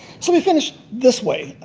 so we finish this way.